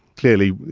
clearly,